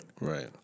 Right